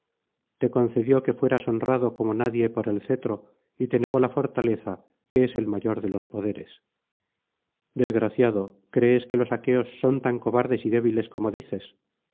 te concedió que fueras honrado como nadie por el cetro y te negó la fortaleza que es el mayor de los poderes desgraciado crees que los aqueos son tan cobardes y débiles como dices